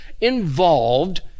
involved